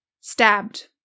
Stabbed